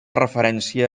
referència